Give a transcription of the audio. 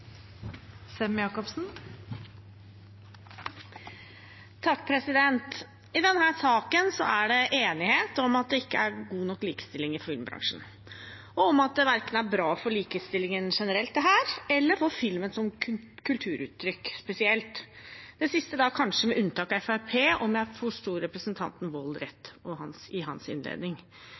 det enighet om at det ikke er god nok likestilling i filmbransjen, og om at dette verken er bra for likestillingen generelt, eller for filmen som kulturuttrykk spesielt – det siste kanskje med unntak av Fremskrittspartiet, om jeg forsto representanten Wolds innlegg rett. I forhold til hvor mange menn som bekler nøkkelroller i